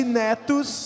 netos